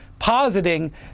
positing